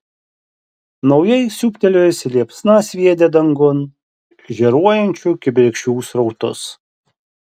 naujai siūbtelėjusi liepsna sviedė dangun žėruojančių kibirkščių srautus